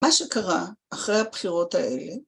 מה שקרה אחרי הבחירות האלה